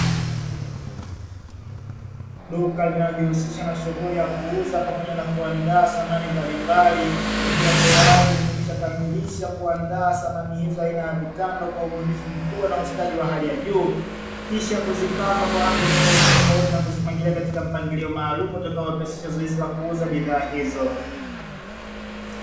Duka linalojihusisha na shughuli ya kuuza pamoja na kuandaa samani mbalimbali, likiwa tayari limekwishakamalisha kuandaa samani hizo aina ya vitanda kwa ubunifu mkubwa na ustadi wa hali ya juu, kisha kuzipamba kwa rangi tofauti tofauti na kuzipangalia katika mpangilio maalum utakaowepesisha zoezi la kuuza kwa bidhaa hizo.